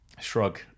shrug